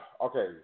Okay